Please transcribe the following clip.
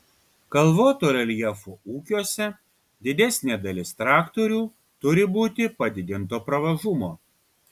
kalvoto reljefo ūkiuose didesnė dalis traktorių turi būti padidinto pravažumo